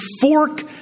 fork